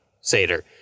Seder